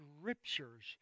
scriptures